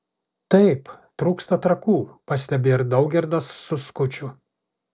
taip trūksta trakų pastebi ir daugirdas su skuču